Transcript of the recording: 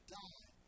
die